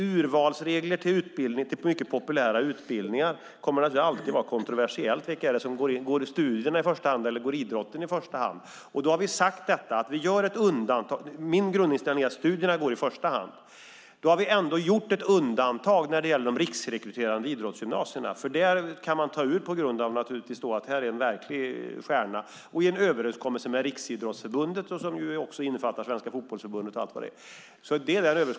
Urvalsregler för populära utbildningar kommer alltid att vara kontroversiella. Går studierna eller idrotten i första hand? Min grundinställning är att studierna går i första hand. Vi har ändå gjort ett undantag för de riksrekryterande idrottsgymnasierna. Där kan man välja ut dem som man tycker är riktiga stjärnor. Detta görs i en överenskommelse med Riksidrottsförbundet, där Svenska Fotbollförbundet och andra är med.